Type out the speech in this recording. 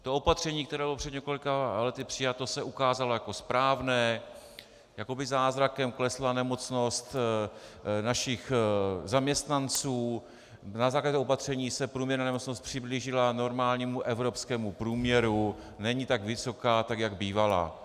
To opatření, které bylo před několika lety přijato, se ukázalo jako správné, jakoby zázrakem klesla nemocnost našich zaměstnanců, na základě toho opatření se průměrná nemocnost přiblížila k normálnímu evropskému průměru, není tak vysoká, jak bývala.